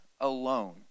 alone